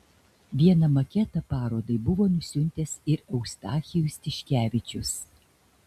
vieną maketą parodai buvo nusiuntęs ir eustachijus tiškevičius